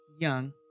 young